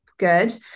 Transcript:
Good